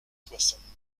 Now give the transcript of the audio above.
soixante